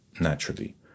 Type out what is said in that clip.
naturally